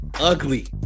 Ugly